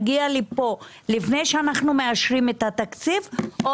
יגיע לפה לפני שאנחנו מאשרים את התקציב או